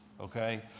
okay